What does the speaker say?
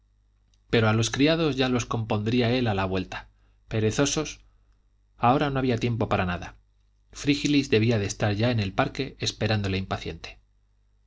pero a los criados ya los compondría él a la vuelta perezosos ahora no había tiempo para nada frígilis debía de estar ya en el parque esperándole impaciente